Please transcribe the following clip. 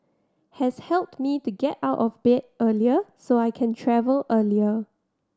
has helped me to get out of bed earlier so I can travel earlier